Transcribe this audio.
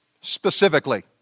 Specifically